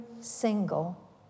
single